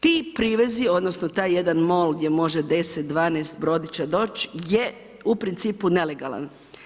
Ti privezi odnosno taj jedan mol gdje može 10, 12 brodića doć je u principu nelegalan.